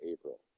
April